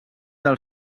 del